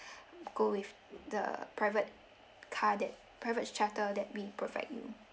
go with the private car that private shuttle that we provide you